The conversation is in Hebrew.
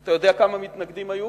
אתה יודע כמה מתנגדים היו?